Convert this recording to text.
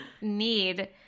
need